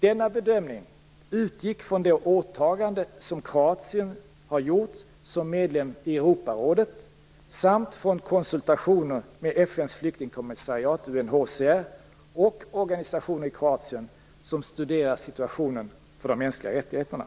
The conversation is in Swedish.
Denna bedömning utgick från det åtagande som Kroatien har gjort som medlem i Europarådet samt från konsultationer med FN:s flyktingkommissariat, UNHCR, och organisationer i Kroatien som studerar situationen för de mänskliga rättigheterna.